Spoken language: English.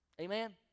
amen